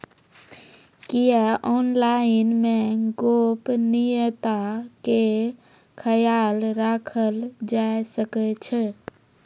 क्या ऑनलाइन मे गोपनियता के खयाल राखल जाय सकै ये?